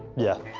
yeah.